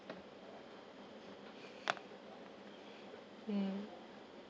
mm